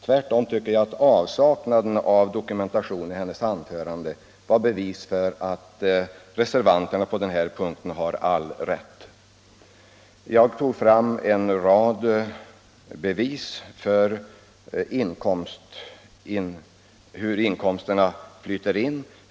Tvärtom tycker jag att avsaknaden av dokumentation i hennes anförande var bevis för att reservanterna har rätt på den här punkten. Jag tog fram en rad bevis för hur inkomsterna flyter in.